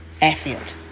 airfield